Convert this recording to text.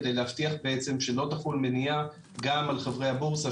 כדי להבטיח בעצם שלא תחול מניעה גם על חברי הבורסה,